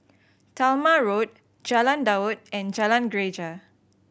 Talma Road Jalan Daud and Jalan Greja